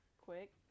quick